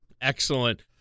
Excellent